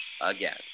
again